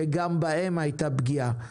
שגם בהם הייתה פגיעה.